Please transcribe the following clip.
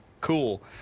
cool